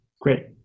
Great